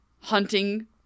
hunting